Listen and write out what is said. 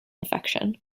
infection